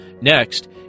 Next